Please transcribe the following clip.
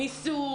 ניסו,